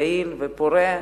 היעיל והפורה,